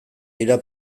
dira